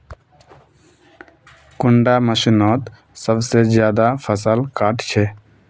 कुंडा मशीनोत सबसे ज्यादा फसल काट छै?